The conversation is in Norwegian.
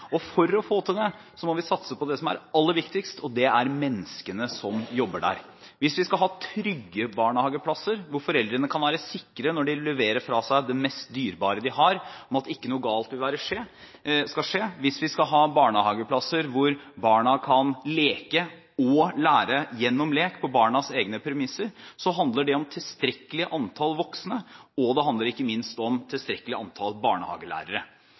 innholdsreform. For å få til det må vi satse på det som er aller viktigst, og det er menneskene som jobber der. Hvis vi skal ha trygge barnehageplasser, hvor foreldrene kan være sikre på at ikke noe galt vil skje når de leverer fra seg det mest dyrebare de har, og hvis vi skal ha barnehageplasser hvor barna kan leke og lære gjennom lek på barnas egne premisser, handler det om tilstrekkelig antall voksne, og det handler ikke minst om tilstrekkelig antall barnehagelærere.